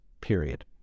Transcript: period